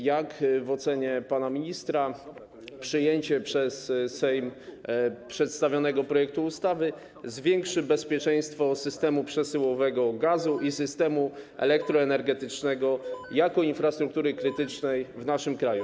Jak w ocenie pana ministra przyjęcie przez Sejm przedstawionego projektu ustawy wpłynie na zwiększenie bezpieczeństwa systemu przesyłowego gazu i systemu elektroenergetycznego jako infrastruktury krytycznej w naszym kraju?